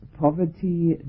poverty